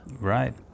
right